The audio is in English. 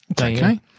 Okay